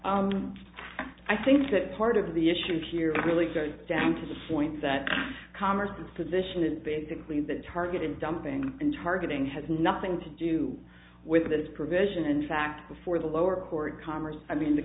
to i think that part of the issue here really goes down to the point that commerce and position is basically the target and dumping in targeting has nothing to do with this provision in fact before the lower court congress i mean the